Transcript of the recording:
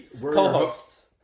Co-hosts